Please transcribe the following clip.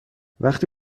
وقتی